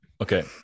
Okay